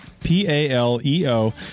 P-A-L-E-O